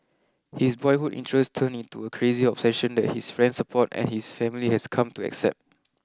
his boyhood interest turned into a crazy obsession that his friends support and his family has come to accept